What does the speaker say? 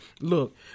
Look